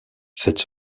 cette